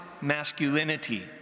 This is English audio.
masculinity